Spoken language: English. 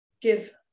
give